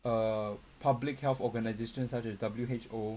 err public health organisations such as W_H_O